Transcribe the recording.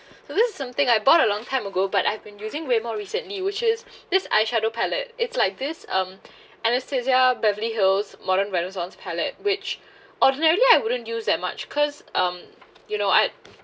so this is something I bought a long time ago but I've been using way more recently which is this eye shadow palette it's like this um Anastasia Beverly Hills modern renaissance palette which ordinarily I wouldn't use that much cause um you know I